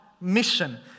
mission